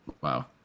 Wow